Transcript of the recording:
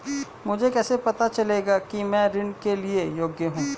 मुझे कैसे पता चलेगा कि मैं ऋण के लिए योग्य हूँ?